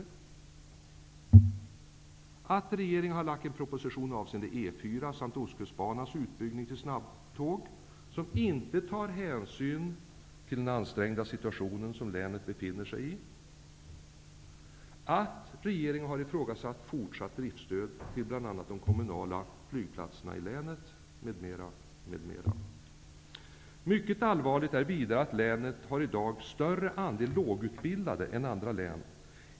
Jag förstår inte heller varför regeringen har lagt fram en proposition avseende E 4 och Ostkustbanans utbyggnad för anpassning till snabbtåg, förslag som inte tar hänsyn till den ansträngda situation som länet befinner sig i. Regeringen har dessutom ifrågasatt fortsatt driftstöd till bl.a. de kommunala flygplatserna i länet, m.m. Det är vidare mycket allvarligt att länet i dag har en större andel lågutbildade än andra län.